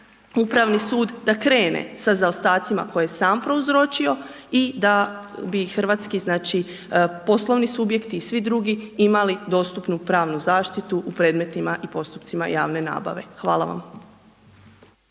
upravni sud da krene sa zaostacima koje je sam prouzročio i da bi hrvatski poslovni subjekti i svi drugi imali dostupnu pravnu zaštitu u predmetima i postupcima javne nabave. Hvala vam.